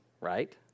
right